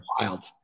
wild